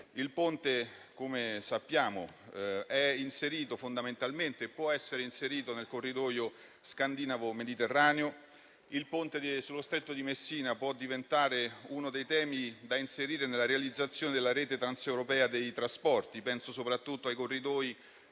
Il Ponte, come sappiamo, fondamentalmente può essere inserito nel corridoio scandinavo mediterraneo. Il Ponte sullo Stretto di Messina può diventare una delle opere da inserire nella realizzazione della rete transeuropea dei trasporti. Penso soprattutto ai corridoi